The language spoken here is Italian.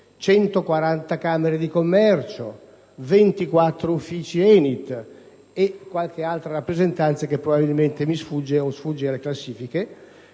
140 camere di commercio, 24 uffici ENIT e qualche altra rappresentanza che probabilmente mi sfugge o sfugge alle classifiche.